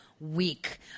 week